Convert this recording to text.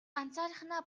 ганцаархнаа